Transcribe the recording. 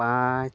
ᱯᱟᱸᱪ